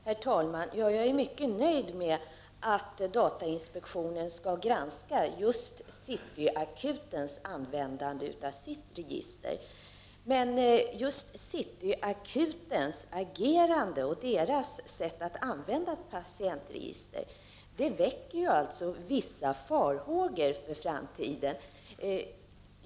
Herr talman! Jag är mycket nöjd med att datainspektionen skall granska det sätt på vilket just City Akuten använder sitt register. City Akutens agerande och dess sätt att använda patientregister väcker vissa farhågor för framtiden.